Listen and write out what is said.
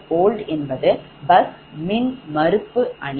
Zbusold என்பது bus மின்மறுப்பு அணி